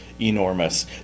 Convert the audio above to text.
enormous